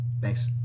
Thanks